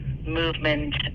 movement